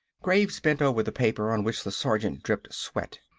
graves bent over the paper on which the sergeant dripped sweat.